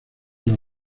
los